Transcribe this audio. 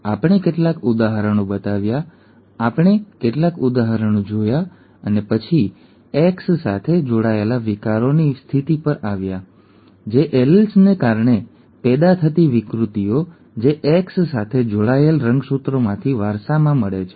અમે કેટલાક ઉદાહરણો બતાવ્યા અમે કેટલાક ઉદાહરણો જોયા અને પછી X સાથે જોડાયેલા વિકારોની સ્થિતિ પર આવ્યા જે એલીલ્સ ને કારણે પેદા થતી વિકૃતિઓ જે X સાથે જોડાયેલા રંગસૂત્રોમાંથી વારસામાં મળે છે